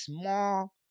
small